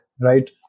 Right